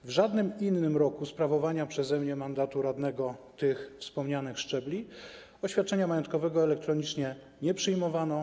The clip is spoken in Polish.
W żadnym innym roku sprawowania przeze mnie mandatu radnego tych wspominanych szczebli oświadczenia majątkowego elektronicznie nie przyjmowano.